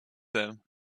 them